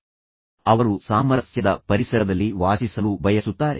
ಅವರು ಯಾವಾಗಲೂ ಒಂದು ರೀತಿಯ ಸಾಮರಸ್ಯದ ಪರಿಸರದಲ್ಲಿ ವಾಸಿಸಲು ಬಯಸುತ್ತಾರೆ